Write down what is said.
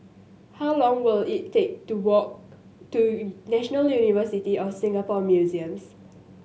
how long will it take to walk to National University of Singapore Museums